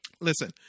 Listen